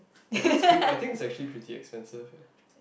I think is pretty I think is actually pretty expensive eh